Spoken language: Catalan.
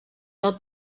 del